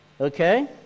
okay